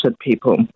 people